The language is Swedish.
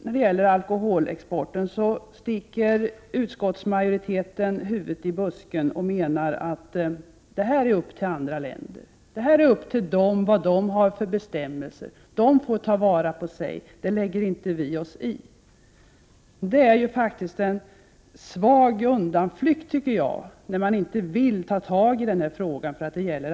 När det gäller alkoholexporten tycker jag utskottsmajoriteten sticker huvudet i busken och menar att det är upp till andra länder, vad de har för bestämmelser. De får ta vara på sig själva, det lägger inte vi oss i. Detta är en svag undanflykt, tycker jag, när man inte vill ta tag i frågan.